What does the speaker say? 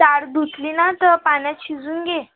डाळ धुतली ना तर पाण्यात शिजून घे